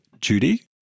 Judy